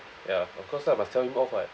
ya of course lah must tell him off [what]